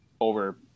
over